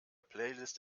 playlist